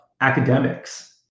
academics